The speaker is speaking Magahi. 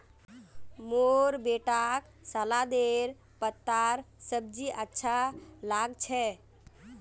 मोर बेटाक सलादेर पत्तार सब्जी अच्छा लाग छ